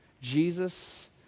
Jesus